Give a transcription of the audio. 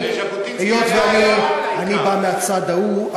היות שאני בא מהצד ההוא,